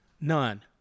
None